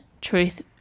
truth